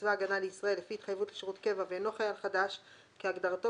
הגנה לישראל לפי התחייבות לשירות קבע ואינו חייל חדש כהגדרתו